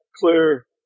clear